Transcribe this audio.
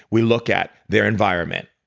we look at their environment,